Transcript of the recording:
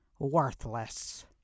worthless